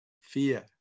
fear